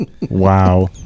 Wow